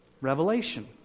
Revelation